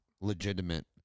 legitimate